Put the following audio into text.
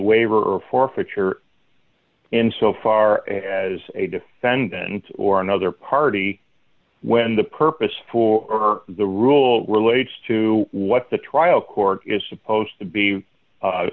waiver or forfeiture in so far as a defendant or another party when the purpose for the rule relates to what the trial court is supposed to be